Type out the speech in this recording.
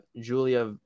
Julia